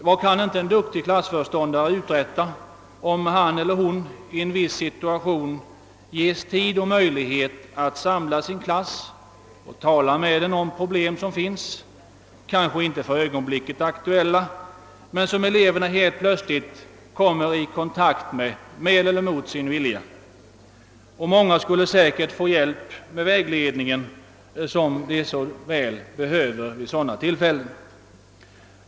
Vad kan inte en duktig klassföreståndare uträtta om han eller hon i en viss situation får tid och möjlighet att samla sin klass och tala med den om de problem, kanske inte för ögonblicket aktuella, med vilka eleverna när som helst kommer i kontakt med eller mot sin vilja? Många av dessa skulle säkert få den hjälp och vägledning som de så väl behöver.